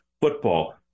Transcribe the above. football